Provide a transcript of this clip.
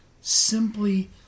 simply